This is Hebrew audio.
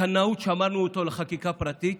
שמרנו אותו בקנאות לחקיקה פרטית,